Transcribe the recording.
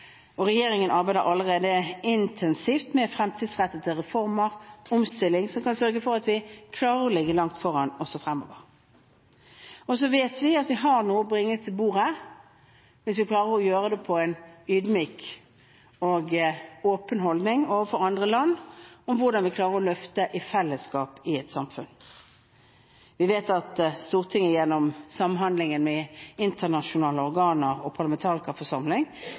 og regjeringen arbeider allerede intensivt med fremtidsrettede reformer og omstilling som kan sørge for at vi klarer å ligge langt foran også fremover. Vi vet at vi har noe å bringe til bordet hvis vi klarer å gjøre det med en ydmyk og åpen holdning overfor andre land, om hvordan vi klarer å løfte i fellesskap i et samfunn. Vi vet at Stortinget gjennom samhandling med internasjonale organer og